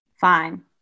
Fine